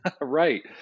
Right